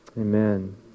Amen